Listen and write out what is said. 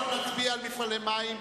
נצביע על מפעלי מים,